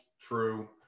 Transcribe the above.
true